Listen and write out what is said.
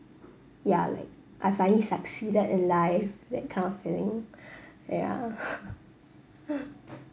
ya like I finally succeeded in life that kind of feeling ya